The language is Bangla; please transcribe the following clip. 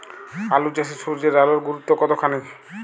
আলু চাষে সূর্যের আলোর গুরুত্ব কতখানি?